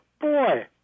boy